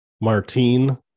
martine